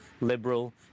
liberal